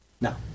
No